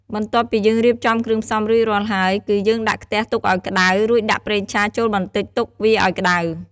បន្ទាប់ពី យើងរៀបចំគ្រឿងផ្សំរួចរាល់ហើយ គឺយើងដាក់ខ្ទះទុកឲ្យក្តៅ រួចដាក់ប្រេងឆាចូលបន្តិចទុកវាឲ្យក្តៅ។